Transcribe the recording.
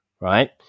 right